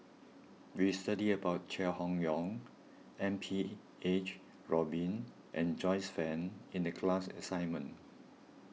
we studied about Chai Hon Yoong M P H Rubin and Joyce Fan in the class assignment